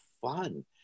fun